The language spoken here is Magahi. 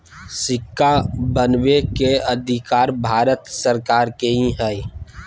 सिक्का बनबै के अधिकार भारत सरकार के ही हइ